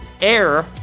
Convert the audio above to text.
air